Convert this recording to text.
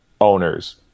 owners